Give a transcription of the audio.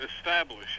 establish